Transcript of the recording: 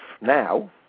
now